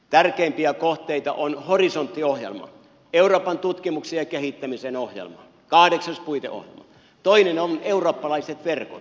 tärkeimpiä kohteita on horisontti ohjelma euroopan tutkimuksen ja kehittämisen ohjelma kahdeksas puiteohjelma toinen on eurooppalaiset verkot